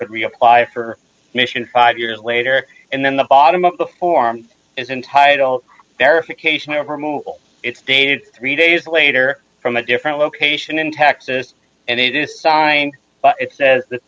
could reapply for mission five years later and then the bottom of the form is entitled verification ever move it's dated three days later from a different location in texas and it is signed but it